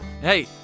Hey